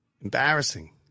Embarrassing